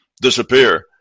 disappear